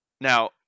Now